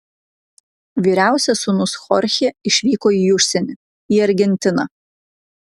vyriausias sūnus chorchė išvyko į užsienį į argentiną